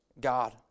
God